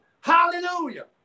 hallelujah